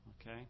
Okay